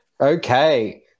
Okay